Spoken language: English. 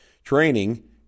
Training